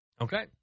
Okay